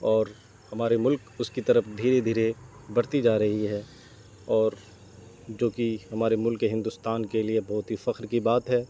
اور ہمارے ملک اس کی طرف دھیرے دھیرے بڑھتی جا رہی ہے اور جو کہ ہمارے ملک ہندوستان کے لیے بہت ہی فخر کی بات ہے